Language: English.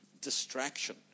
distraction